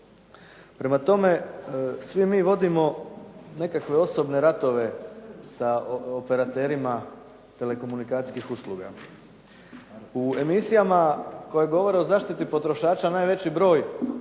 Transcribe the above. Prema tome, svi mi vodimo nekakve osobne ratove sa operaterima telekomunikacijskih usluga. U emisijama koje govore o zaštiti potrošača najveći broj